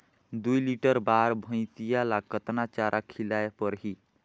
दुई लीटर बार भइंसिया ला कतना चारा खिलाय परही?